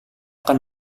akan